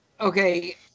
Okay